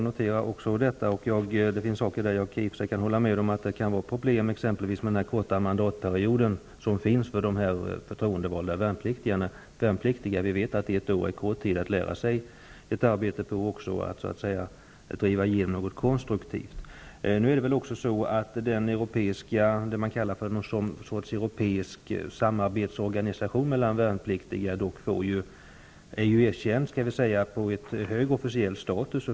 Herr talman! Jag noterar också detta. Jag kan i och för sig hålla med om att det kan vara ett problem med t.ex. den korta mandatperioden för de för troendevalda värnpliktiga. Vi vet att ett år är en kort period när man skall lära sig ett arbete och kunna driva igenom något konstruktivt. Den europeiska samarbetsorganisationen mellan värnplitiga har en erkänt hög officiell status.